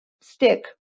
stick